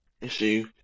issue